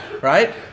right